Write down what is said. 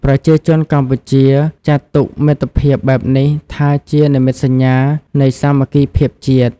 ប្រជាជនកម្ពុជាចាត់ទុកមិត្តភាពបែបនេះថាជានិមិត្តសញ្ញានៃសាមគ្គីភាពជាតិ។